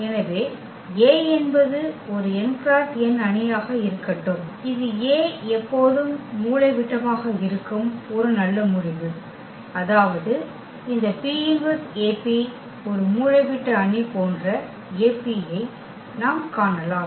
எனவே A என்பது ஒரு n × n அணியாக இருக்கட்டும் இது A எப்போதும் மூலைவிட்டமாக இருக்கும் ஒரு நல்ல முடிவு அதாவது இந்த P−1AP ஒரு மூலைவிட்ட அணி போன்ற A P ஐ நாம் காணலாம்